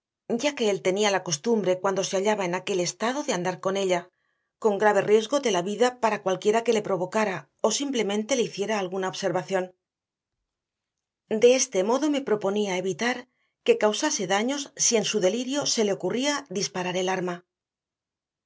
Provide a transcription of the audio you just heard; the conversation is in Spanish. ya que él tenía la costumbre cuando se hallaba en aquel estado de andar con ella con grave riesgo de la vida para cualquiera que le provocara o simplemente le hiciera alguna observación de este modo me proponía evitar que causase daños si en su delirio se le ocurría disparar el arma